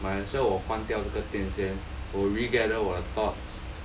might as well 我关掉这个店先我 regather 我的 thoughts